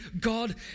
God